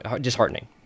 disheartening